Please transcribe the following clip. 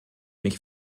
mich